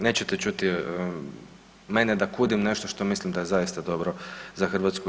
Nećete čuti mene da kudim nešto što mislim da je zaista dobro za Hrvatsku u EU.